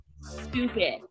stupid